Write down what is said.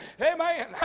Amen